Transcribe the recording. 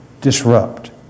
disrupt